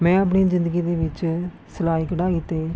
ਮੈਂ ਆਪਣੀ ਜ਼ਿੰਦਗੀ ਦੇ ਵਿੱਚ ਸਲਾਈ ਕਢਾਈ ਅਤੇ